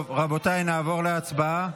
טוב, רבותיי, נעבור להצבעה.